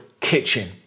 kitchen